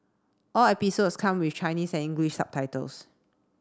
all episodes come with Chinese and English subtitles